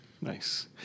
Nice